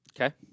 Okay